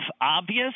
obvious